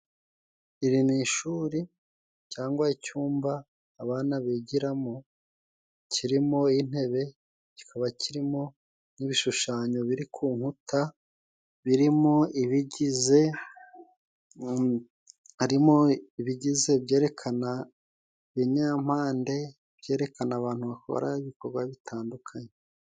Iri ni ishuri cyangwa icyumba abana bigiramo, kirimo intebe kikaba kirimo n'ibishushanyo biri ku nkuta, birimo ibigize, harimo ibigize byerekana ibinyampande, byerekana abantu bakora ibikogwa bitandukanye.